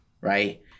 right